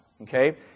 okay